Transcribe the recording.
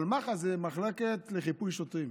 אבל מח"ש זו מחלקת חיפוי שוטרים.